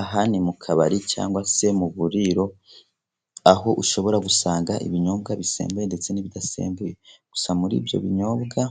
Aha ni mu kabari cyangwa se mu buriro, aho ushobora gusanga ibinyobwa bisembuye ndetse n'ibidasembuye. Gusa muri ibyo binyobwa,